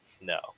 No